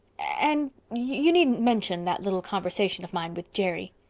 and. you needn't mention that little conversation of mine with jerry.